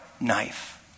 knife